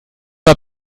war